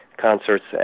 concerts